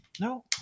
No